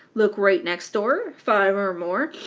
look right next door, five or more,